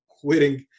quitting